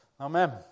Amen